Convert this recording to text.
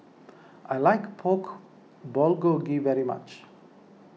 I like Pork Bulgogi very much